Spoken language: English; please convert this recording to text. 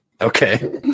Okay